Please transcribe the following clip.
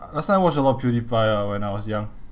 last time I watch a lot of pewdiepie ah when I was young